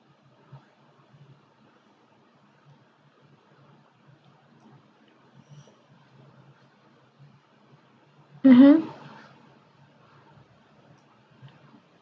mmhmm